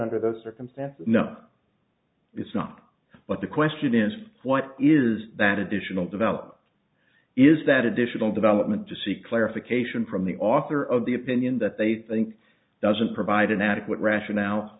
under the circumstances no it's not but the question is what is that additional develop is that additional development to seek clarification from the author of the opinion that they think doesn't provide an adequate rationale